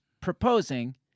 proposing—